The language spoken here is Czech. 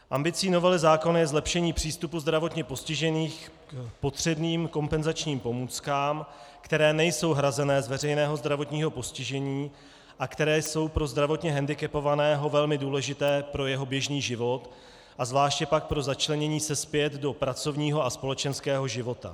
Ambicí novely zákona je zlepšení přístupu zdravotně postižených k potřebným kompenzačním pomůckám, které nejsou hrazené z veřejného zdravotního postižení a které jsou pro zdravotně hendikepovaného velmi důležité pro jeho běžný život a zvláště pak pro začlenění se zpět do pracovního a společenského života.